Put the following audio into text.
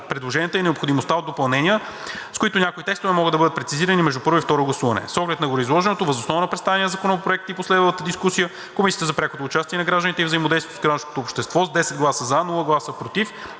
предложенията и необходимостта от допълнения, с които някои текстове могат да бъдат прецизирани между първо и второ гласуване. С оглед на гореизложеното въз основа на представения законопроект и последвалата дискусия Комисията за прякото участие на гражданите и взаимодействието с гражданското общество с 10 гласа „за“, без гласове „против“